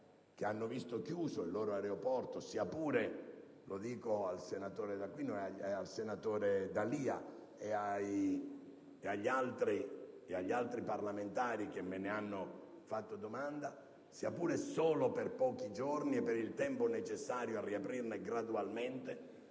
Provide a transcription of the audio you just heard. che hanno visto chiuso il loro aeroporto - lo dico al senatore D'Alia e agli altri parlamentari che me ne hanno fatto domanda - sia pure solo per pochi giorni e per il tempo necessario a riaprirlo gradualmente,